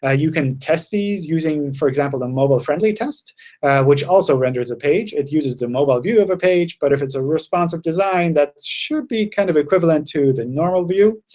ah you can test these using, for example, the mobile-friendly test which also renders a page. it uses the mobile view of a page. but if it's a responsive design, that should be kind of equivalent to the normal view.